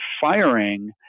firing